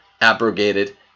abrogated